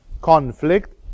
conflict